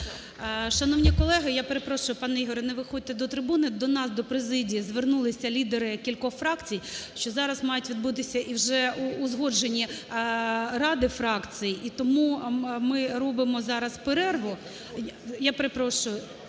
Шановні колеги, я перепрошую, пане Ігорю, не виходьте до трибуни. До нас, до президії звернулися лідери кількох фракцій, що зараз мають відбутися і вже узгоджені ради фракцій. І тому ми робимо зараз перерву. Я перепрошую,